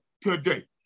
today